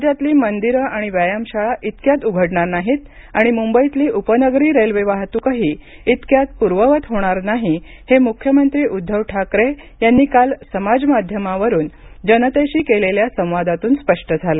राज्यातली मंदिरं आणि व्यायामशाळा इतक्यात उघडणार नाहीत आणि मंंबईतली उपनगरी रेल्वे वाहतुकही इतक्यात पूर्ववत होणार नाही हे मुख्यमंत्री उद्वव ठाकरे यांनी काल समाज माध्यमावरून जनतेशी केलेल्या या संवादातून स्पष्ट झालं